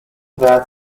that